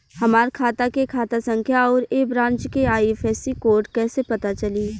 हमार खाता के खाता संख्या आउर ए ब्रांच के आई.एफ.एस.सी कोड कैसे पता चली?